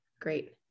Great